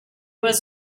was